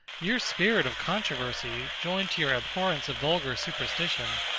your spirit of controversy, joined to your abhorrence of vulgar superstition,